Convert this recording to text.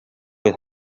with